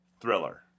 Thriller